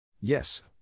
Yes